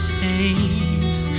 face